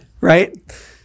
Right